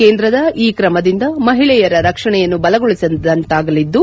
ಕೇಂದ್ರದ ಈ ಕ್ರಮದಿಂದ ಮಹಿಳೆಯರ ರಕ್ಷಣೆಯನ್ನು ಬಲಗೊಳಿಸಿದಂತಾಗಲಿದ್ದು